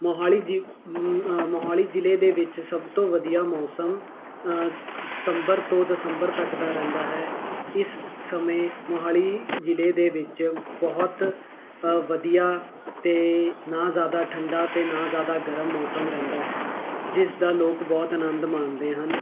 ਮੋਹਾਲੀ ਜੀ ਮੋਹਾਲੀ ਜ਼ਿਲ੍ਹੇ ਦੇ ਵਿੱਚ ਸਭ ਤੋਂ ਵਧੀਆ ਮੌਸਮ ਸਤੰਬਰ ਤੋਂ ਦਸੰਬਰ ਤੱਕ ਦਾ ਰਹਿੰਦਾ ਹੈ ਇਸ ਸਮੇਂ ਮੋਹਾਲੀ ਜ਼ਿਲ੍ਹੇ ਦੇ ਵਿੱਚ ਬਹੁਤ ਵਧੀਆ ਅਤੇ ਨਾ ਜ਼ਿਆਦਾ ਠੰਡਾ ਅਤੇ ਨਾ ਜ਼ਿਆਦਾ ਗਰਮ ਮੌਸਮ ਰਹਿੰਦਾ ਹੈ ਜਿਸ ਦਾ ਲੋਕ ਬਹੁਤ ਆਨੰਦ ਮਾਣਦੇ ਹਨ